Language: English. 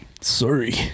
sorry